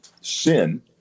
sin